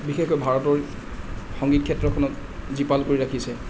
বিশেষকৈ ভাৰতৰ সংগীত ক্ষেত্ৰখনক জীপাল কৰি ৰাখিছে